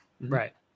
right